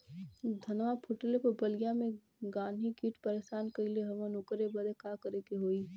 धनवा फूटले पर बलिया में गान्ही कीट परेशान कइले हवन ओकरे बदे का करे होई?